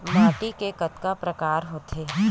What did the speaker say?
माटी के कतका प्रकार होथे?